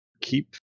keep